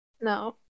no